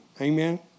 Amen